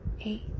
eight